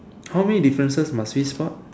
how many differences must we spot